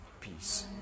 peace